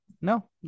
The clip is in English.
No